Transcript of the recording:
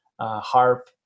harp